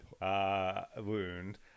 wound